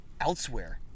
elsewhere